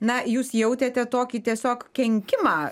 na jūs jautėte tokį tiesiog kenkimą